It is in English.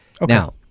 Now